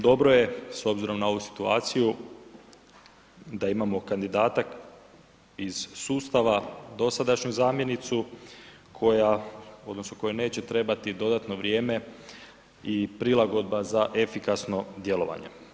Dobro je s obzirom na ovu situaciju da imamo kandidata iz sustava dosadašnju zamjenicu koja odnosno kojoj neće trebati dodatno vrijeme i prilagodba za efikasno djelovanje.